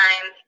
time